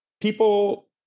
people